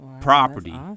property